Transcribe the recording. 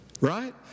right